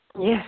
Yes